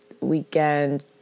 weekend